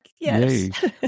Yes